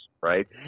right